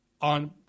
on